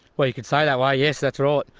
well, you could so that way, yes, that's right,